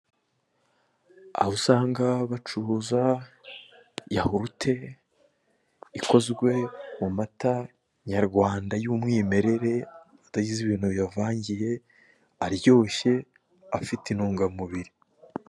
Aho usanga bacuruza yahurute ikozwe mu mata nyarwanda y'umwimerere atagize ibintu biyavangiye, aryoshye, afite intungamubiri.